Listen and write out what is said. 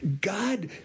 God